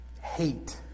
hate